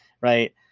right